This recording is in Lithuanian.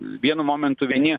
vienu momentu vieni